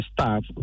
staff